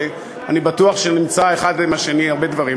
ואני בטוח שנמצא אחד עם השני הרבה דברים.